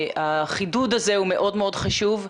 החידוד הזה מאוד מאוד חשוב,